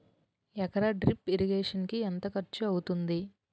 ఎకర drip irrigation కి ఎంత ఖర్చు అవుతుంది?